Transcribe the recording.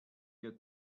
get